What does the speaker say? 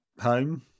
home